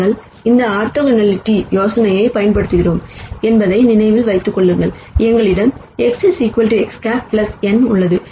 நாங்கள் இங்கு ஆர்த்தோகனாலிட்டி யோசனையைப் பயன்படுத்துகிறோம் என்பதை நினைவில் கொள்ளுங்கள் எங்களிடம் X X̂ n உள்ளது